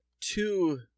two